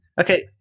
Okay